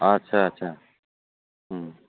आच्चा आच्चा